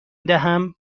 دهم